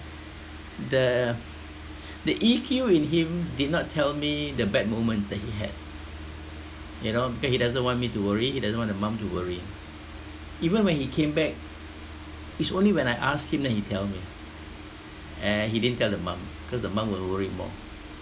the the E_Q in him did not tell me the bad moments that he had you know because he doesn't want me to worry he doesn't want the mom to worry even when he came back it's only when I ask him then he tell me and he didn't tell the mum cause the mum will worry more